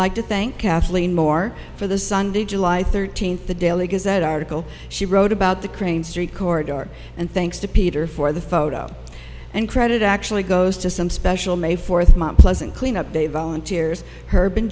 like to thank kathleen more for the sunday july thirteenth the daily gives that article she wrote about the crane street corridor and thanks to peter for the photo and credit actually goes to some special may fourth month pleasant clean up day volunteers